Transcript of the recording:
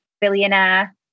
billionaire